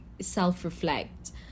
self-reflect